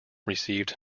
received